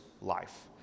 life